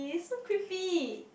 so creepy